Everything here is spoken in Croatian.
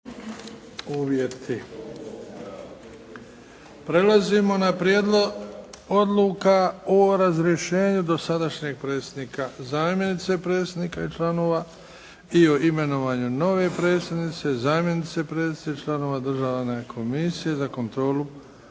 (HDZ)** Prelazimo na - Prijedlog oduka o razrješenju dosadašnjeg predsjednika, zamjenice predsjednika i članova i o imenovanju nove predsjednice, zamjenice predsjednice i članova državne komisije za kontrolu